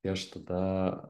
tai aš tada